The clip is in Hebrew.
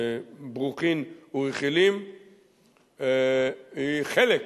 ברוכין ורחלים היא חלק